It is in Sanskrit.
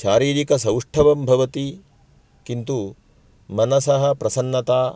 शारीरिकसौष्ठवं भवति किन्तु मनसः प्रसन्नता